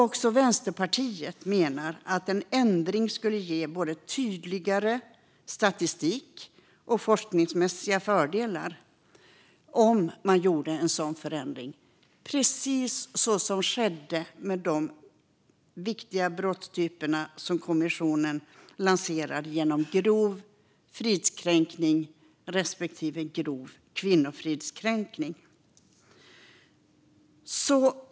Också Vänsterpartiet menar att det skulle ge både tydligare statistik och forskningsmässiga fördelar om man gjorde en sådan förändring, precis så som skedde med de viktiga brottstyperna grov fridskränkning respektive grov kvinnofridskränkning som Kvinnovåldskommissionen lanserade.